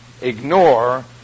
ignore